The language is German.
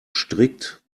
strikt